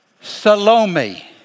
Salome